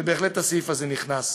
ובהחלט הסעיף הזה נכנס.